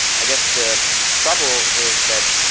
i guess the trouble is that,